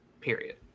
Period